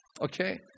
Okay